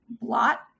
blot